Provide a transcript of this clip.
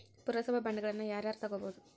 ಪುರಸಭಾ ಬಾಂಡ್ಗಳನ್ನ ಯಾರ ಯಾರ ತುಗೊಬೊದು?